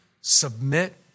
submit